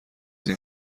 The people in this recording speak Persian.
این